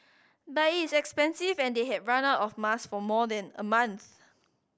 but it is expensive and they had run out of masks for more than a month